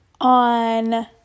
on